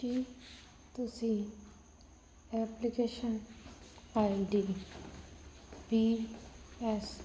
ਕੀ ਤੁਸੀਂ application ID B S